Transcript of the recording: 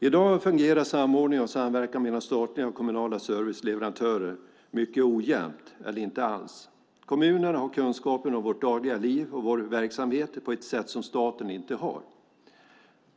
I dag fungerar samordning och samverkan mellan statliga och kommunala serviceleverantörer mycket ojämnt eller inte alls. Kommuner har kunskapen om vårt dagliga liv och vår verksamhet på ett sätt som staten inte har.